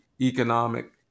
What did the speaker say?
economic